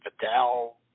Vidal